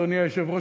אדוני היושב-ראש,